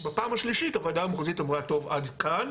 בפעם השלישית הוועדה המחוזית אמרה טוב עד כאן,